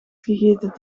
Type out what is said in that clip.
gegeten